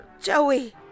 Joey